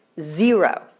Zero